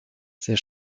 ces